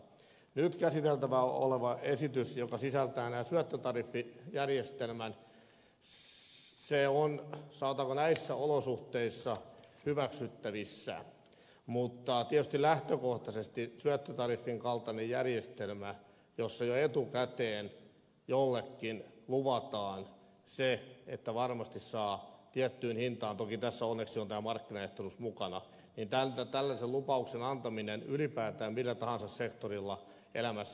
nyt käsiteltävänä oleva esitys joka sisältää syöttötariffijärjestelmän on sanotaanko näissä olosuhteissa hyväksyttävissä mutta tietysti lähtökohtaisesti syöttötariffin kaltainen järjestelmä jossa jo etukäteen jollekin luvataan se että varmasti saa tiettyyn hintaan toki tässä onneksi on tämä markkinaehtoisuus mukana on hirveän vaikea asia kuten on tällaisen lupauksen antaminen ylipäätään millä tahansa sektorilla elämässä